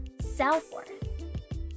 self-worth